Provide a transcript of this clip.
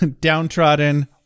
downtrodden